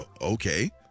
okay